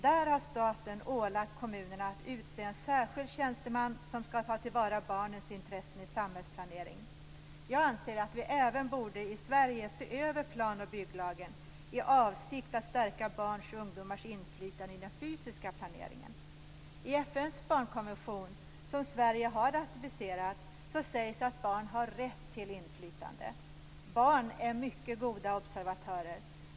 Där har staten ålagt kommunerna att utse en särskild tjänsteman som skall ta till vara barnens intressen i samhällsplaneringen. Jag anser att vi även i Sverige borde se över planoch bygglagen i avsikt att stärka barns och ungdomars inflytande i den fysiska planeringen. I FN:s barnkonvention, som Sverige har ratificerat, sägs att barn har rätt till inflytande. Barn är mycket goda observatörer.